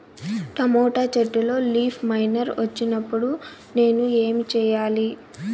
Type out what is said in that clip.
Tomato చెట్టులో leaf miner వచ్చినప్పుడు నేను ఏమి చెయ్యాలి?